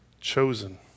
Chosen